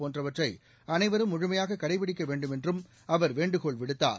போன்றவற்றை அனைவரும் முழுமையாக கடைபிடிக்க வேண்டுமென்றும் அவர் வேண்டுகோள் விடுத்தார்